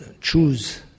choose